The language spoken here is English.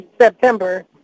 September